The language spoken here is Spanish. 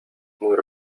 muy